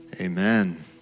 Amen